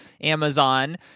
Amazon